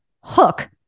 hook